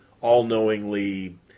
all-knowingly